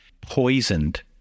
poisoned